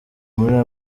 muri